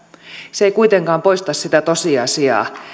se ei kuitenkaan poista sitä tosiasiaa